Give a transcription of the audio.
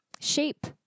Shape